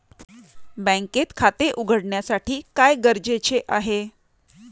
बँकेत खाते उघडण्यासाठी काय गरजेचे आहे?